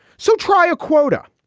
so try a quota.